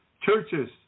Churches